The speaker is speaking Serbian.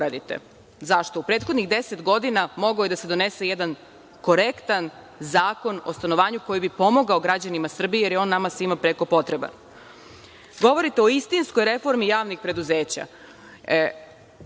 Zašto? Prethodnih 10 godina mogao je da se donese jedan korektan Zakon o stanovanju koji bi pomagao građanima Srbije, jer je on nama svima preko potreban. Govorite o istinskoj reformi javnih preduzeća.